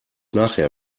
nachher